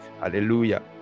Hallelujah